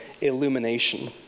illumination